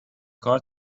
کار